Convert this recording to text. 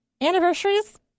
anniversaries